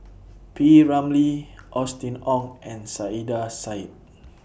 P Ramlee Austen Ong and Saiedah Said